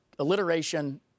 alliteration